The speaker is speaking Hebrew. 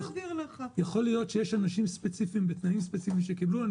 יכול להיות שיש אנשים ספציפיים בתנאים ספציפיים שקיבלו מכתב כזה.